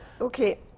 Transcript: Okay